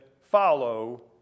follow